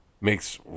makes